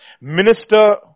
minister